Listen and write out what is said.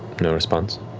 no response.